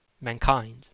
Mankind